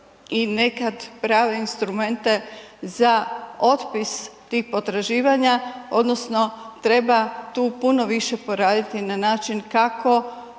i nekad prave instrumente za otpis tih potraživanja odnosno treba tu puno više poraditi na način kako,